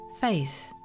faith